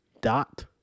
Dot